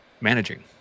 managing